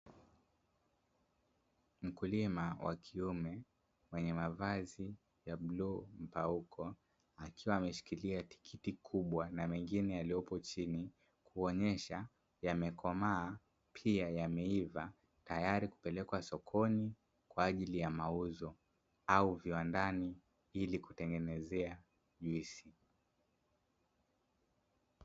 Mkulima wa kiume mwenye mavazi ya bluu mpauko akiwa ameshikilia tikiti kubwa, na mengine yaliyopo chini kuonyesha yamekomaa pia yameiva tayari kupelekwa sokoni, kwa ajili ya mauzo au viwandani ili kutengenezea juisi.